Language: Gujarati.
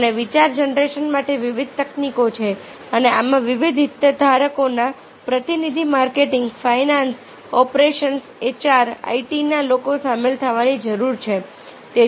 અને વિચાર જનરેશન માટે વિવિધ તકનીકો છે અને આમાં વિવિધ હિતધારકોના પ્રતિનિધિ માર્કેટિંગ ફાઇનાન્સ ઓપરેશન્સ એચઆર આઇટીના લોકો સામેલ થવાની જરૂર છે